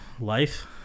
life